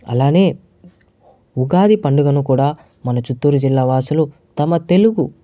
అలానే ఉగాది పండుగను కూడా మన చిత్తూరు జిల్లా వాసులు తమ తెలుగు